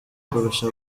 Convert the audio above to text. kurusha